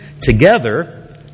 together